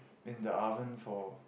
in the oven for